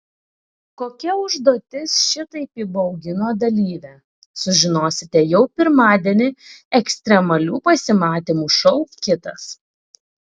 kokia užduotis šitaip įbaugino dalyvę sužinosite jau pirmadienį ekstremalių pasimatymų šou kitas